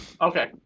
okay